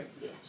Yes